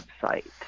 website